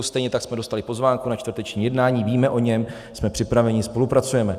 Stejně tak jsme dostali pozvánku na čtvrteční jednání, víme o něm, jsme připraveni, spolupracujeme.